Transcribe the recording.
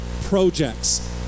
projects